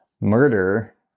Murder